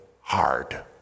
hard